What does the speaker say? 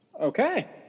Okay